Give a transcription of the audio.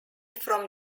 from